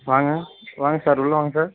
வாங்க வாங்க சார் உள்ளே வாங்க சார்